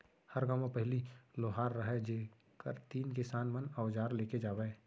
हर गॉंव म पहिली लोहार रहयँ जेकर तीन किसान मन अवजार लेके जावयँ